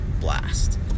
blast